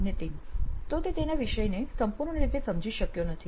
નીતિન તો તે તેના વિષયને સંપૂર્ણ રીતે સમજી શક્યો નથી